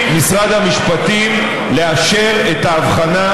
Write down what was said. אך לא של החוק,